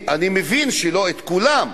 אני מבין שלא מכולם,